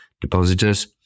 depositors